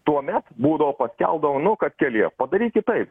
tuomet būdavo paskelbdavo nu kad kelyje padarykit taip